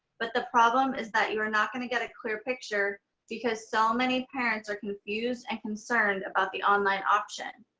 but the problem is that you're not gonna get a clear picture because so many parents are confused and concerned about the online option.